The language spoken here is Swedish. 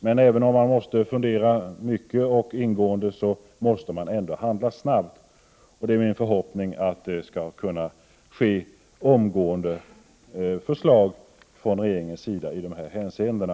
Men även om man måste fundera mycket och ingående måste man ändå handla snabbt, och det är min förhoppning att förslag kan komma omgående från regeringen i dessa hänseenden.